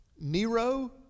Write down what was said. Nero